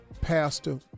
pastor